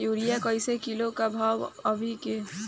Urea कइसे kilo बा भाव अभी के?